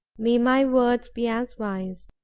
may my words be as wise.